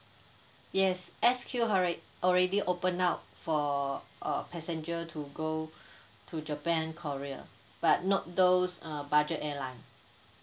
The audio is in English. yes S_Q alrea~ already open up for uh passenger to go to japan korea but not those uh budget airline